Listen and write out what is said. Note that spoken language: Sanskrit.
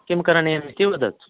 किं करणीयम् इति वदतु